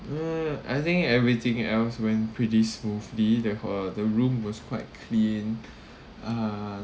mm I think everything else when pretty smoothly there uh the room was quite clean uh